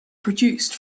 produced